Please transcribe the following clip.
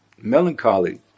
Melancholy